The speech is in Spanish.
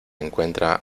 encuentra